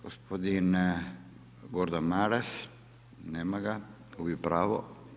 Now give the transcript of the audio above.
Gospodin Gordan Maras, nema ga, gubi pravo.